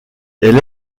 elle